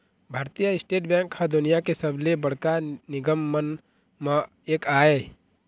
भारतीय state bank ह दुनिया के सबले बड़का निगम मन म एक आय